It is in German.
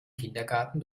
kindergarten